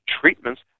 treatments